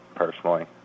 personally